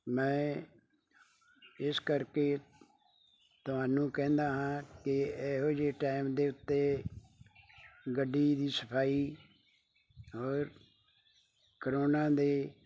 ਮੈਂ ਇਸ ਕਰਕੇ ਤੁਹਾਨੂੰ ਕਹਿੰਦਾ ਹਾਂ ਕਿ ਇਹੋ ਜਿਹੇ ਟੈਮ ਦੇ ਉੱਤੇ ਗੱਡੀ ਦੀ ਸਫ਼ਾਈ ਹੋਰ ਕਰੋਨਾ ਦੇ